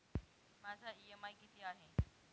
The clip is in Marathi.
माझा इ.एम.आय किती आहे?